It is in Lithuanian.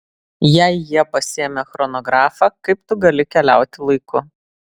jei jie pasiėmė chronografą kaip tu gali keliauti laiku